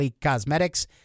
Cosmetics